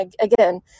again